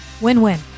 win-win